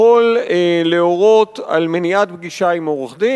יכול להורות על מניעת פגישה עם עורך-דין,